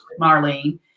Marlene